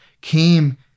came